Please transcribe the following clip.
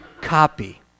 copy